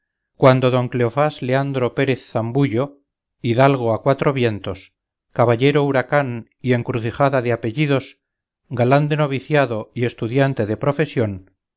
cuando don cleofás leandro pérez zambullo hidalgo a cuatro vientos caballero huracán y encrucijada de apellidos galán de noviciado y estudiante de profesión